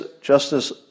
Justice